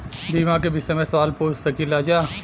बीमा के विषय मे सवाल पूछ सकीलाजा?